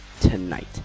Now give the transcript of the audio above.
tonight